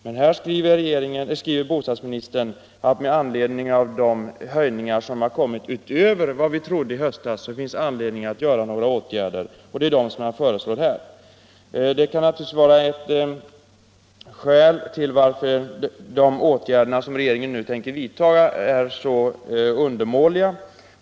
Men här skriver bostadsministern att det med anledning av de höjningar som kommit utöver vad man trodde i höstas finns anledning att vidta åtgärder, och det är dessa han föreslår här. Det kan naturligtvis vara en förklaring till att de åtgärder som regeringen nu tänkter vidta är så undermåliga.